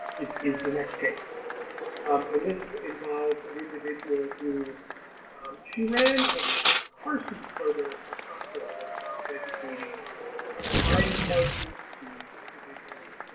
is is the next case um and this involves an individual who she ran a carseat program for a hospital that involves educating providing car seats to individuals